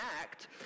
act